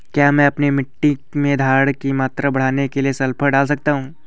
क्या मैं अपनी मिट्टी में धारण की मात्रा बढ़ाने के लिए सल्फर डाल सकता हूँ?